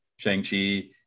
Shang-Chi